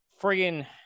friggin